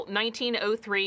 1903